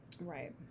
Right